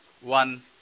one